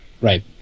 Right